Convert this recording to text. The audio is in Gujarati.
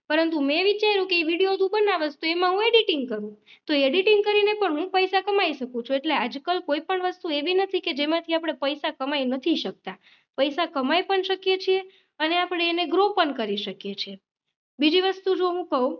પરંતુ મેં વિચાર્યું કે એ વિડીયો તું બનાવીસ તો એમાં હું એડિટિંગ કરું તો એડિટિંગ કરીને પણ હું પૈસા કમાઈ શકું છું એટલે આજકાલ કોઈપણ વસ્તુ એવી નથી કે જેમાંથી આપણે પૈસા કમાઈ નથી શકતા પૈસા કમાય પણ શકીએ છે અને આપણે એને ગ્રો પણ કરી શકીએ છે બીજી વસ્તુ જો હું કહું